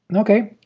okay,